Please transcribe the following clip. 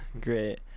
Great